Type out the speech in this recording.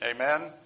Amen